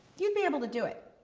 you'd be able to do it.